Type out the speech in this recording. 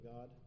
God